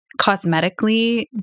cosmetically